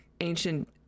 ancient